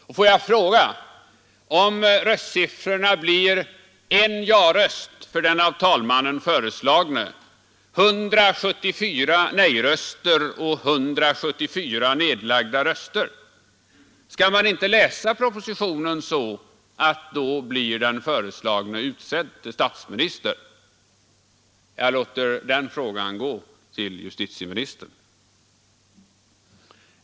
Och får jag fråga: Skall man inte läsa propositionen så att om det blir en ja-röst för den av talmannen föreslagne, 174 nej-röster och 174 nedlagda röster, då blir den föreslagne utsedd till statsminister? Jag låter den frågan gå till justitieministern.